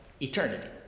eternity